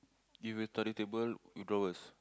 you have study table with drawers